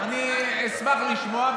אני אשמח לשמוע,